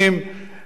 לא על דרך.